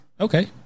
Okay